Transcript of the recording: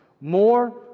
more